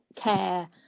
care